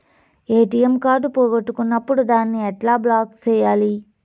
ATM card పోగొట్టుకున్నప్పుడు దాన్ని ఎట్లా బ్లాక్ సేయాలి